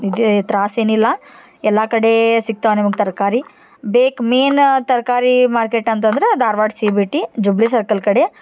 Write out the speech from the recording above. ಇದೆ ತ್ರಾಸ ಏನಿಲ್ಲ ಎಲ್ಲಾ ಕಡೆ ಸಿಗ್ತಾವ ನಿಮಗೆ ತರ್ಕಾರಿ ಬೇಕು ಮೇನ್ ತರ್ಕಾರಿ ಮಾರ್ಕೆಟ್ ಅಂತಂದರೆ Dharwad C B T jubilee circle ಕಡೆ